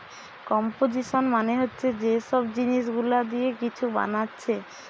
composition মানে হচ্ছে যে সব জিনিস গুলা দিয়ে কিছু বানাচ্ছে